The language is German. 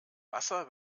wasser